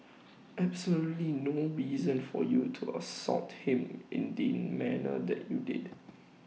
absolutely no reason for you to assault him in the manner that you did